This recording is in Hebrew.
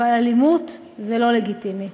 אבל אלימות היא לא לגיטימית.